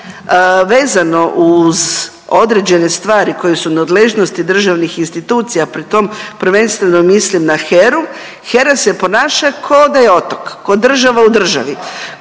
vezano uz određene stvari koje su u nadležnosti državnih institucija, pri tom prvenstveno mislim na HERU, HERA se ponaša ko da je otok, ko država u državi